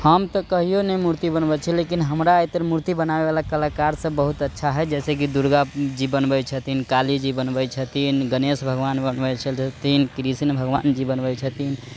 हम तऽ कहियौ नहि मूर्ति बनबैत छी लेकिन हमरा एतय मूर्ति बनबैवला कलाकारसभ बहुत अच्छा हइ जैसे कि दुर्गा जी बनबैत छथिन काली जी बनबैत छथिन गणेश भगवान बनबैत छथिन कृष्ण भगवान जी बनबैत छथिन